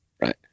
right